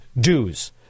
dues